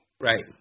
Right